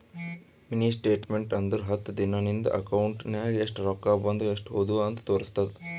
mini statement ಅಂದುರ್ ಹತ್ತು ದಿನಾ ನಿಂದ ಅಕೌಂಟ್ ನಾಗ್ ಎಸ್ಟ್ ರೊಕ್ಕಾ ಬಂದು ಎಸ್ಟ್ ಹೋದು ಅಂತ್ ತೋರುಸ್ತುದ್